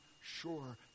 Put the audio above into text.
sure